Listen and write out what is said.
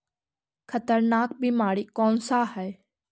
खतरनाक बीमारी कौन सा है?